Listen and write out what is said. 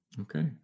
Okay